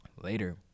Later